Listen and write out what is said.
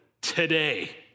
Today